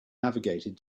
navigated